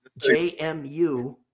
JMU